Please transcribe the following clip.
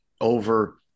over